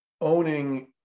owning